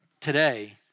today